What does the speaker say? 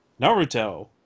Naruto